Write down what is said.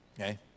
okay